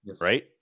Right